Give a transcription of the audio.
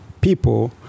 people